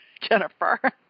Jennifer